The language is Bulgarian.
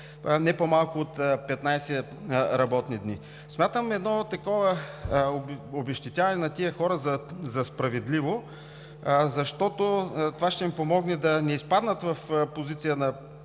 не по-малко от 15 работни дни. Смятам такова обезщетяване на тези хора за справедливо, защото това ще им помогне да не изпаднат в позиция на